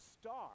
star